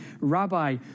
Rabbi